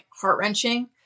heart-wrenching